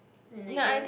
and I guess